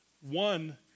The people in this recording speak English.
One